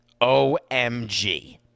omg